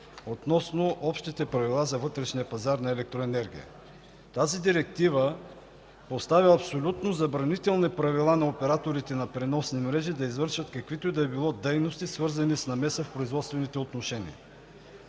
относно Общите правила за вътрешния пазар на електроенергия. Тази директива поставя абсолютно забранителни правила на операторите на преносни мрежи да извършват каквито и да било дейности, свързани с намеса в производствените отношения,